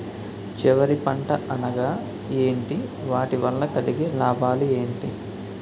చివరి పంట అనగా ఏంటి వాటి వల్ల కలిగే లాభాలు ఏంటి